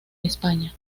españa